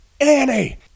Annie